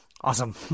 Awesome